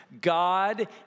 God